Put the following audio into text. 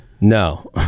No